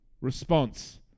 response